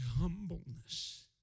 humbleness